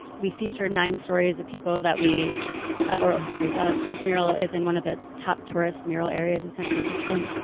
we featured nine stories of people that we have oral histories of. this mural is in one of the top tourist mural areas of san francisco.